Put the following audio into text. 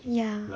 ya